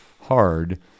hard